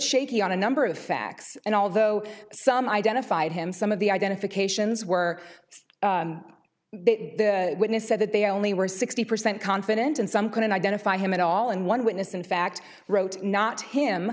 shaky on a number of facts and although some identified him some of the identifications were witness said that they only were sixty percent confident and some couldn't identify him at all and one witness in fact wrote not him